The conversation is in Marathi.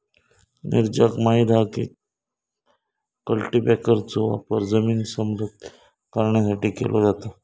नीरजाक माहित हा की कल्टीपॅकरचो वापर जमीन समतल करण्यासाठी केलो जाता